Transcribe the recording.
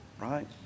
Right